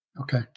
Okay